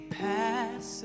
pass